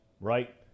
right